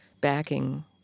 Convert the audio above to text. backing